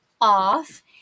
off